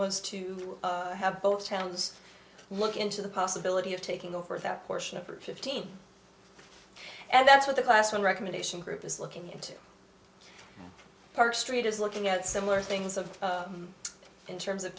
was to have both towns look into the possibility of taking the for that portion of her fifteen and that's what the class one recommendation group is looking into park street is looking at similar things of in terms of